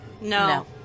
No